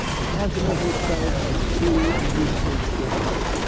the continental belt is too loosely buckled.